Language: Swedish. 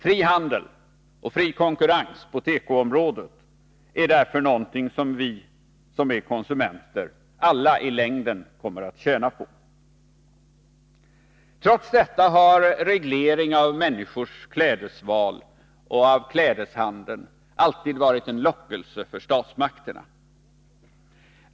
Fri handel och fri konkurrens på tekoområdet är något som alla vi konsumenter i längden kommer att tjäna på. Trots detta har reglering av människors klädesval och av klädeshandeln alltid varit en lockelse för statsmakterna.